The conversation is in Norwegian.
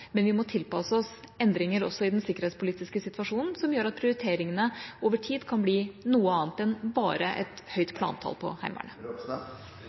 Men vi må tilpasse oss endringer også i den sikkerhetspolitiske situasjonen, noe som gjør at prioriteringene over tid kan bli noe annet enn bare et høyt plantall på